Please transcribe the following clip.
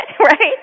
right